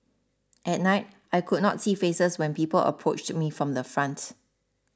at night I could not see faces when people approached me from the front